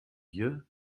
hier